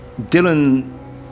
Dylan